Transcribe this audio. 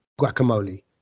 Guacamole